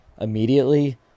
immediately